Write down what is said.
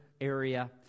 area